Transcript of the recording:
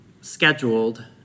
scheduled